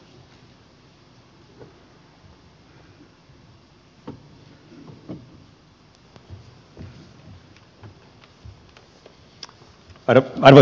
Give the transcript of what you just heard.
arvoisa puhemies